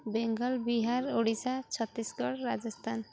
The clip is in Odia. ବେଙ୍ଗଲ ବିହାର ଓଡ଼ିଶା ଛତିଶଗଡ଼ ରାଜସ୍ଥାନ